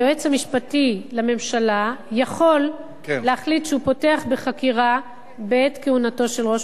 היועץ המשפטי לממשלה יכול להחליט שהוא פותח בחקירה בעת כהונתו של ראש